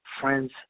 Friends